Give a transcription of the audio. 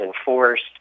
enforced